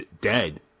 dead